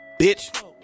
Bitch